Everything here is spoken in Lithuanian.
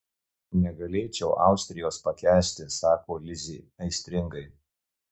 negalėčiau austrijos pakęsti sako lizė aistringai